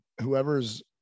whoever's